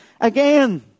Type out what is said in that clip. again